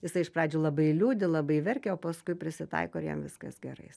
jisai iš pradžių labai liūdi labai verkia o paskui prisitaiko ir jam viskas gerai